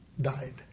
died